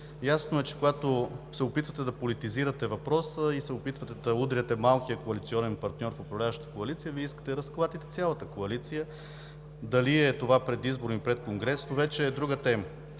Ясно е, че когато се опитвате да политизирате въпроса и се опитвате да удряте малкия коалиционен партньор в управляваща коалиция, Вие искате да разклатите цялата коалиция. Дали това е предизборно, или е предконгресно, това е вече друга тема.